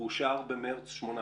הוא אושר במרץ 2018